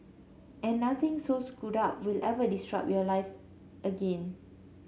and nothing so screwed up will ever disrupt your life again